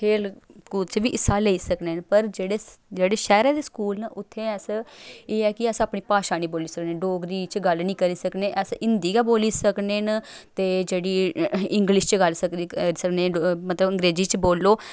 खेल कूद च बी हिस्सा लेई सकने पर जेह्ड़े जेह्ड़े शैह्रें दे स्कूल न उत्थें अस एह् ऐ कि अस अपनी भाशा निं बोली सकने डोगरी च गल्ल निं करी सकने अस हिंदी गै बोली सकने न ते जेह्ड़ी इंग्लिश च सकने मतलब अंग्रेजी च बोलो